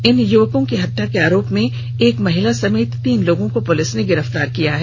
इन युवकों की हत्या के आरोप में एक महिला समेत तीन लोगों को पुलिस ने गिरफ्तार किया है